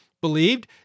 believed